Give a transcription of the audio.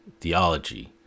theology